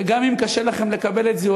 וגם אם קשה לכם לקבל את זה,